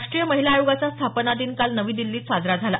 राष्ट्रीय महिला आयोगाचा स्थापना दिन काल नवी दिल्लीत साजरा झाला